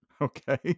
Okay